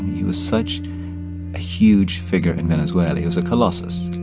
he was such a huge figure in venezuela. he was a colossus.